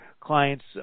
clients